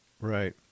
Right